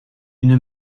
une